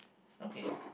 okay